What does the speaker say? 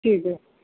ٹھیک ہے